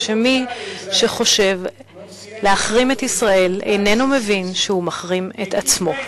שמי שחושב להחרים את ישראל איננו מבין שהוא מחרים את עצמו.